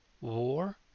war